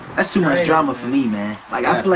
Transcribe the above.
that's too much drama for me man. like i play,